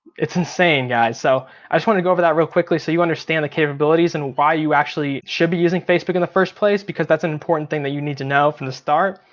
it's insane guys. so i just wanted to go over that real quickly, so you understand the capabilities and why you actually should be using facebook in the first place. because that's an important thing that you need to know from the start.